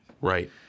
Right